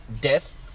death